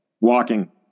Walking